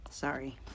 sorry